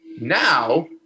Now